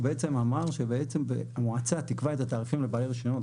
שהוא בעצם אמר שבעצם המועצה תקבע את התעריפים לבעלי רישיונות,